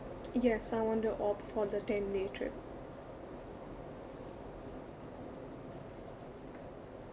yes I want to opt for the ten day trip